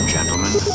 Gentlemen